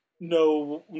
no